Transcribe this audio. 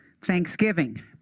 Thanksgiving